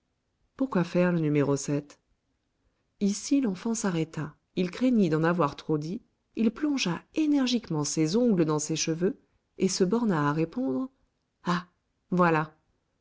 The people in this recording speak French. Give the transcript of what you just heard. pourquoi faire le numéro ici l'enfant s'arrêta il craignit d'en avoir trop dit il plongea énergiquement ses ongles dans ses cheveux et se borna à répondre ah voilà